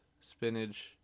spinach